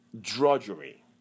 drudgery